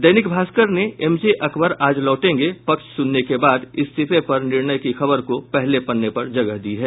दैनिक भास्कर ने एमजे अकबर आज लौटेंगे पक्ष सुनने के बाद इस्तीफे पर निर्णय की खबर को पहले पन्ने पर जगह दी है